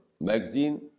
magazine